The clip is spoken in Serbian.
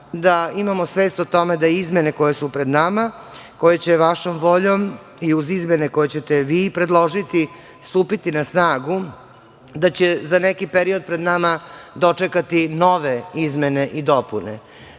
da imamo svest o tome da izmene koje su pred nama, koje će vašom voljom, uz izmene koje ćete vi predložiti, stupiti na snagu, da će za neki period pred nama dočekati nove izmene i dopune?